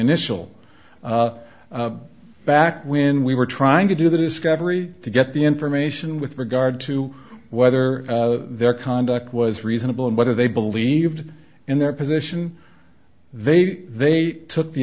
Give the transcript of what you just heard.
initial back when we were trying to do the discovery to get the information with regard to whether their conduct was reasonable and whether they believed in their position they did they took the